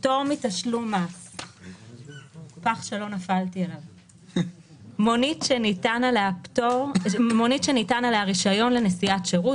פטור מתשלום מס 2. מונית שניתן עליה רישיון לנסיעת שירות,